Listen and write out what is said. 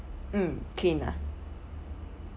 mm clean ah